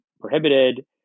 prohibited